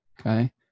okay